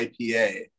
ipa